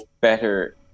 better